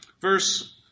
Verse